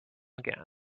again